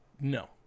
No